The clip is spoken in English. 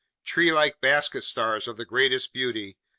treelike basket stars of the greatest beauty,